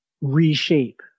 reshape